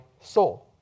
soul